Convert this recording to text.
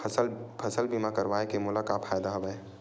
फसल बीमा करवाय के मोला का फ़ायदा हवय?